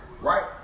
right